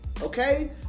okay